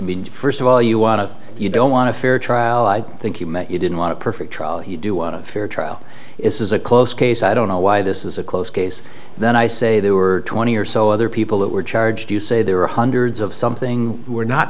mean first of all you want it you don't want a fair trial i think you meant you didn't want a perfect trial you do want a fair trial is a close case i don't know why this is a close case then i say there were twenty or so other people that were charged you say there were hundreds of something who were not